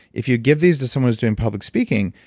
if you give these to someone who's doing public speaking,